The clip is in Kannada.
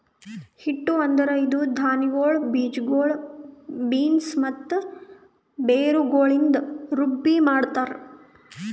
ಹಿಟ್ಟು ಅಂದುರ್ ಇದು ಧಾನ್ಯಗೊಳ್, ಬೀಜಗೊಳ್, ಬೀನ್ಸ್ ಮತ್ತ ಬೇರುಗೊಳಿಂದ್ ರುಬ್ಬಿ ಮಾಡ್ತಾರ್